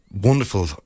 wonderful